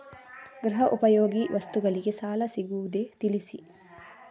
ಗೃಹ ಉಪಯೋಗಿ ವಸ್ತುಗಳಿಗೆ ಸಾಲ ಸಿಗುವುದೇ ತಿಳಿಸಿ?